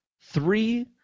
three